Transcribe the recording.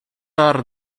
are